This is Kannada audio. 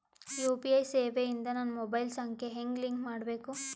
ಯು.ಪಿ.ಐ ಸೇವೆ ಇಂದ ನನ್ನ ಮೊಬೈಲ್ ಸಂಖ್ಯೆ ಹೆಂಗ್ ಲಿಂಕ್ ಮಾಡಬೇಕು?